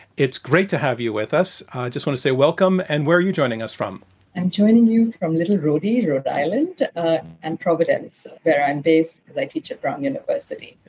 it's great to have you with us. i just want to say welcome. and where are you joining us from? i'm and joining you from little rhodie rhode island and providence, where i'm based, because i teach at brown university.